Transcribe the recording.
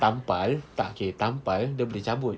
tampal tak okay tampal dia boleh cabut